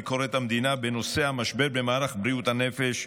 ביקורת המדינה בנושא המשבר במערך בריאות הנפש.